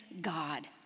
god